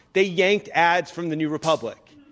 they yanked ads from the new republic.